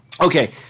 Okay